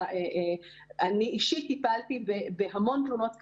אני אישית טיפלתי בהמון תלונות כאלה.